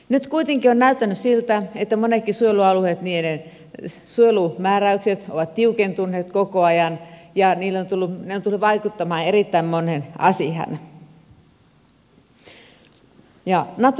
nyt kuitenkin on näyttänyt siltä että monien suojelualueiden suojelumääräykset ovat tiukentuneet koko ajan ja ne ovat tulleet vaikuttamaan erittäin moneen asiaan